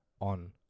on